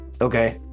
Okay